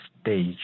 stage